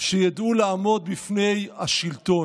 שידעו לעמוד בפני השלטון.